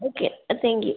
okay thank you